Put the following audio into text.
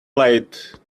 late